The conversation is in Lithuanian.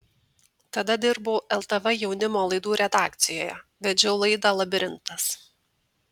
tada dirbau ltv jaunimo laidų redakcijoje vedžiau laidą labirintas